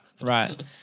right